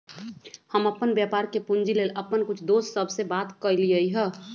हम अप्पन व्यापार के पूंजी लेल अप्पन कुछ दोस सभ से बात कलियइ ह